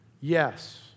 Yes